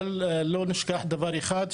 בל נשכח דבר אחד,